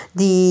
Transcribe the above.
di